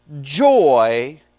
joy